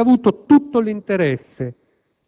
esso avrebbe avuto tutto l'interesse,